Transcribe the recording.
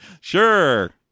Sure